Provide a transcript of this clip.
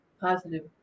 positive